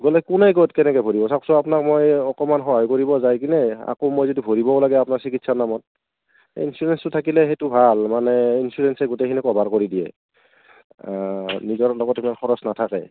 কোনে ক'ত কেনেকৈ ভৰিব চাওকচোন আপোনাক মই অকণমান সহায় কৰিব যায় কিনে আকৌ মই যদি ভৰিবও লাগে আপোনাৰ চিকিৎসাৰ নামত ইঞ্চুৰেঞ্চটো থাকিলে সেইটো ভাল মানে ইঞ্চুৰেঞ্চে গোটেইখিনি কভাৰ কৰি দিয়ে নিজৰ লগত খৰচ নাথাকে